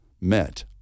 met